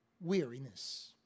weariness